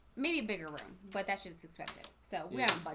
maybe a bigger room, but that shit's expensive. so yeah but